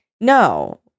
No